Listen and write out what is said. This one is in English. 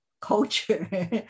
culture